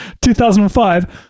2005